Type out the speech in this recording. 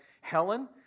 Helen